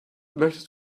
möchtest